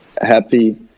happy